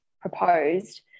proposed